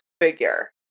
figure